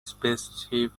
spaceship